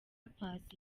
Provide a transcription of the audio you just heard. paccy